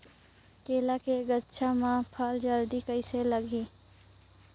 केला के गचा मां फल जल्दी कइसे लगही?